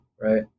right